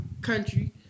country